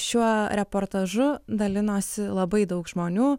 šiuo reportažu dalinosi labai daug žmonių